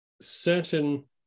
certain